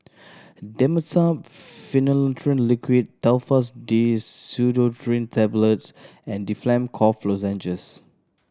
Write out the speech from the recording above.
Dimetapp Phenylephrine Liquid Telfast D Pseudoephrine Tablets and Difflam Cough Lozenges